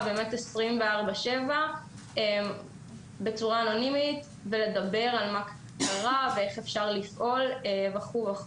24/7 בצורה אנונימית ולדבר על מה שקרה ואיך אפשר לפעול וכולי,